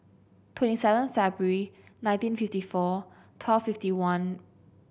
twenty seven February nineteen fifty four twelve fifty one